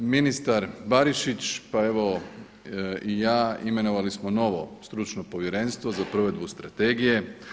Ministar Barišić pa evo i ja imenovali smo novo Stručno povjerenstvo za provedbu strategije.